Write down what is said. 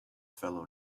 fellow